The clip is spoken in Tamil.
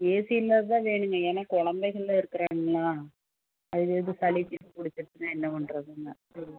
ஏசி இல்லாதது தான் வேணுங்க ஏன்னால் குழந்தைகள்லாம் இருக்கிறாங்களா அது ஏதும் சளி இது பிடிச்சிருச்சுனா என்ன பண்ணுறதுனுதான்